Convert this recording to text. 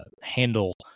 handle